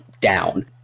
down